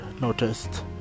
noticed